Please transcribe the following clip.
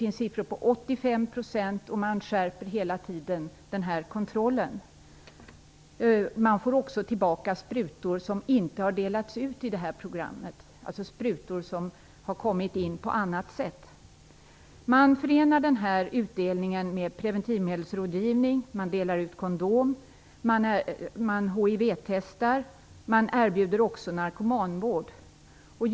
Men även siffran 85 % nämns. Man skärper hela tiden den här kontrollen. Man får också tillbaka sprutor som inte delats ut genom programmet, dvs. sprutor som kommit in på annat sätt. Man förenar denna utdelning med preventivmedelsrådgivning. Kondomer delas ut. Hivtestning sker. Narkomanvård erbjuds också.